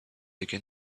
again